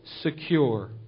secure